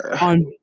on